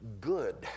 good